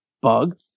Bug